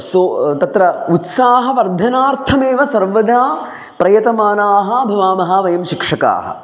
सो तत्र उत्साहवर्धनार्थमेव सर्वदा प्रयतमानाः भवामः वयं शिक्षकाः